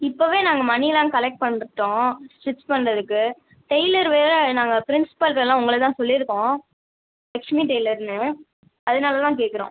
இப்போதே நாங்கள் மணியெலாம் கலெக்ட் பண்ணிட்டோம் ஸ்டிச் பண்ணுறதுக்கு டெய்லர் வேறு நாங்கள் பிரின்ஸ்பல்கிட்டலாம் உங்களைதான் சொல்லியிருக்கோம் லக்ஷ்மி டெய்லர்னு அதனாலதான் கேட்குறோம்